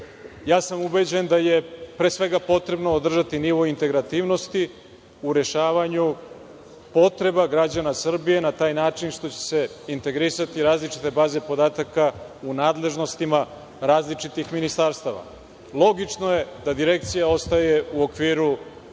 sam da je, pre svega, potrebno održati nivo integrativnosti u rešavanju potreba građana Srbije, na taj način što će se integrisati različite baze podataka u nadležnostima različitih ministarstava. Logično je da Direkcija ostaje u okviru